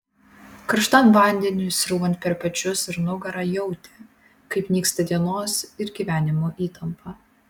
karštam vandeniui srūvant per pečius ir nugarą jautė kaip nyksta dienos ir gyvenimo įtampa